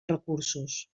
recursos